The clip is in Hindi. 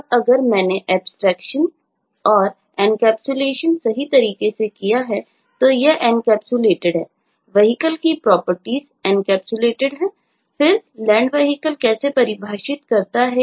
अब अगर मैंने एब्स्ट्रेक्शन है